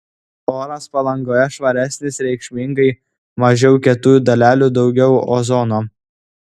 oras palangoje švaresnis reikšmingai mažiau kietųjų dalelių daugiau ozono